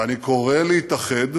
ואני קורא להתאחד